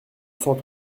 sens